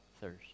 thirst